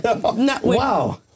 Wow